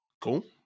Cool